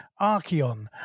Archeon